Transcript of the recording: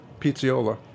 pizziola